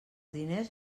diners